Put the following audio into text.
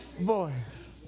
voice